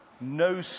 no